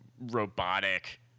robotic